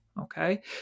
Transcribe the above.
okay